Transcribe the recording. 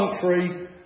country